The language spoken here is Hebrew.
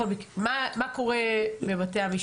מה קורה בבתי המשפט?